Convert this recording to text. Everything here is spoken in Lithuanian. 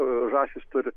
žąsys turi